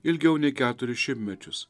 ilgiau nei keturis šimtmečius